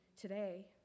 today